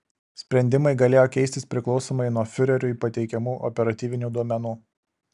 sprendimai galėjo keistis priklausomai nuo fiureriui pateikiamų operatyvinių duomenų